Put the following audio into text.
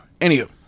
Anywho